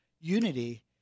unity